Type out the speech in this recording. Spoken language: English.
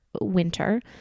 winter